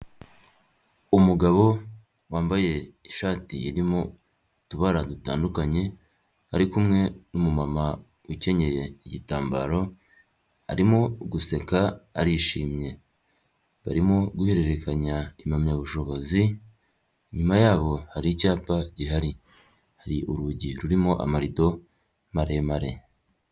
Umugabo wambaye ishati irimo utubara dutandukanye ari kumwe n'umumama ukenyeye igitambaro arimo guseka arishimye, barimo guhererekanya impamyabushobozi inyuma yabo hari icyapa gihari, hari urugi rurimo amarido maremare.